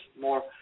more